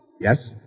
Yes